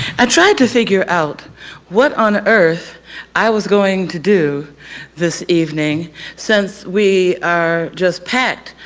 i tried to figure out what on earth i was going to do this evening since we are just packed.